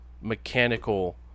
mechanical